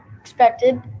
expected